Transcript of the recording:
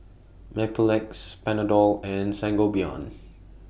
Mepilex Panadol and Sangobion